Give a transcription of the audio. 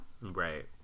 Right